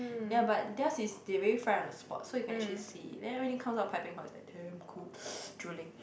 ya but theirs is they really fry on the spot so you can actually see it then everything comes out piping hot is like damn good drooling